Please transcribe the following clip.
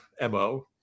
MO